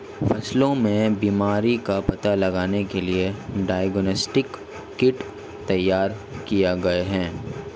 फसलों में बीमारियों का पता लगाने के लिए डायग्नोस्टिक किट तैयार किए गए हैं